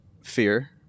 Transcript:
fear